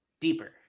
deeper